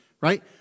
right